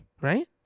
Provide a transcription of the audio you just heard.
Right